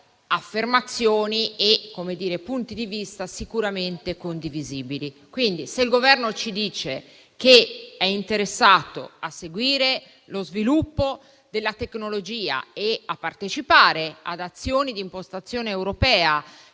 generazione siano sicuramente condivisibili. Quindi, se il Governo ci dice che è interessato a seguire lo sviluppo della tecnologia e a partecipare ad azioni di impostazione europea